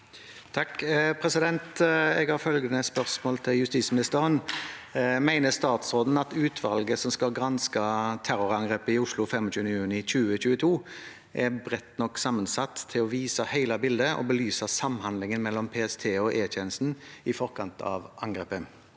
(H) Jeg har følgende spørsmål til justisministeren: «Mener statsråden at utvalget som skal granske terrorangrepet i Oslo 25. juni 2022, er bredt nok sammensatt til å vise hele bildet og belyse samhandlingen mellom PST og E-tjenesten i forkant av angrepet?»